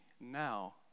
now